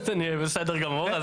בסדר גמור.